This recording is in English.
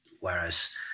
whereas